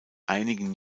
einigen